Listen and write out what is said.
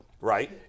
Right